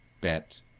bet